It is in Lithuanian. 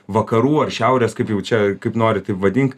vakarų ar šiaurės kaip jau čia kaip nori taip vadink